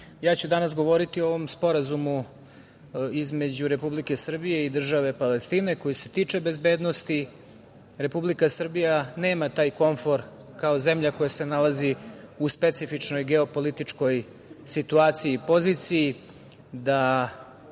ću danas govoriti o ovom sporazumu između Republike Srbije i države Palestine koji se tiče bezbednosti. Republika Srbija nema taj komfor kao zemlja koja se nalazi u specifičnoj geopolitičkoj situaciji i poziciji